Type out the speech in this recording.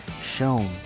shown